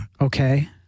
Okay